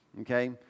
Okay